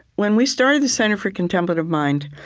when we started the center for contemplative mind,